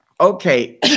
okay